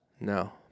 No